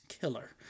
killer